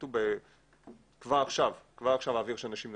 יפחיתו כבר עכשיו את הזיהום באוויר שאנשים נושמים.